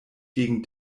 gegen